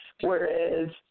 whereas